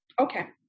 Okay